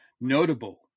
notable